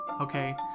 okay